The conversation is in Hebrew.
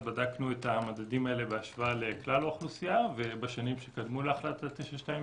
בדקנו את המדדים האלה בהשוואה לכלל האוכלוסייה בשנים שקדמו להחלטה 922,